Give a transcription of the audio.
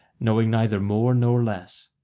knowing neither more nor less.